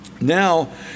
Now